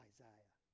Isaiah